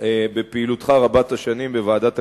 בפעילותך רבת השנים בוועדת הכספים.